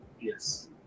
Yes